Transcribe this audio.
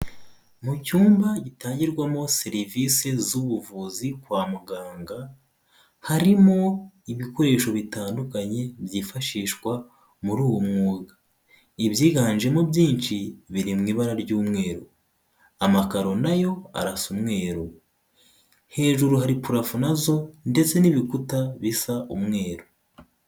Mu cyumba gitangirwamo serivisi z'ubuvuzi kwa muganga, harimo ibikoresho bitandukanye byifashishwa muri uwo mwuga, ibyiganjemo byinshi biri mu ibara ry'umweru, amakaro nayo arasa umweru, hejuru hari purafo nazo, ndetse n'ibikuta bisa umweru.